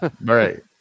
Right